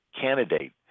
candidate